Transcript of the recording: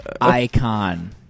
icon